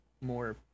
more